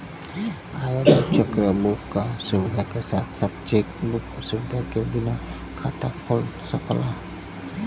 आवेदक cheque book क सुविधा के साथ या चेक बुक सुविधा के बिना खाता खोल सकला